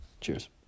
cheers